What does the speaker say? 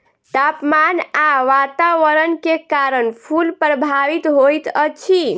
तापमान आ वातावरण के कारण फूल प्रभावित होइत अछि